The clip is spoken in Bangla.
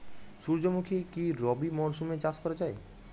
সুর্যমুখী কি রবি মরশুমে চাষ করা যায়?